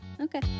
Okay